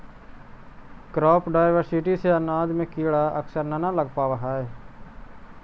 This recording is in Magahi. क्रॉप डायवर्सिटी से अनाज में कीड़ा अक्सर न न लग पावऽ हइ